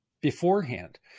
beforehand